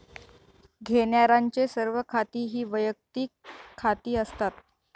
घेण्यारांचे सर्व खाती ही वैयक्तिक खाती असतात